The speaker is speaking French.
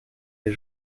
des